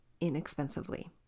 inexpensively